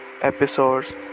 episodes